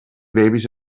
babies